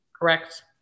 correct